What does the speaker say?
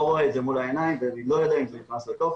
רואה את זה ואני לא יודע אם זה נכנס לטופס.